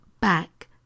back